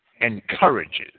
encourages